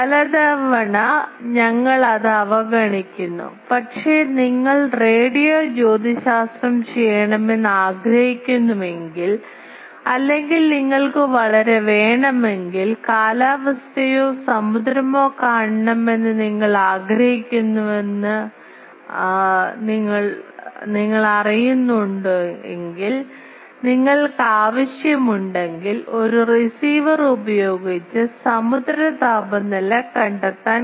പലതവണ ഞങ്ങൾ അത് അവഗണിക്കുന്നു പക്ഷേ നിങ്ങൾ റേഡിയോ ജ്യോതിശാസ്ത്രം ചെയ്യണമെന്ന് ആഗ്രഹിക്കുന്നുവെങ്കിൽ അല്ലെങ്കിൽ നിങ്ങൾക്ക് വളരെ വേണമെങ്കിൽ കാലാവസ്ഥയോ സമുദ്രമോ കാണണമെന്ന് നിങ്ങൾ ആഗ്രഹിക്കുന്നുവെന്ന് അറിയണമെങ്കിൽ നിങ്ങൾക്ക് ആവശ്യമുണ്ടെങ്കിൽ ഒരു റിസീവർ ഉപയോഗിച്ച് സമുദ്ര താപനില കണ്ടെത്താൻ